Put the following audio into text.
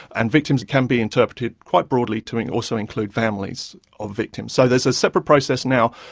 and victims can be interpreted quite broadly to also include families of victims. so, there's a separate process now,